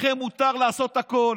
לכם מותר לעשות הכול,